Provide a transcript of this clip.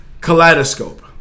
kaleidoscope